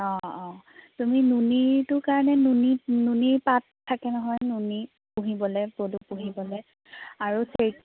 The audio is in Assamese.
অঁ অঁ তুমি নুনীটো কাৰণে নুনী নুনী পাত থাকে নহয় নুনী পুহিবলৈ পলু পুহিবলৈ আৰু ছেৰি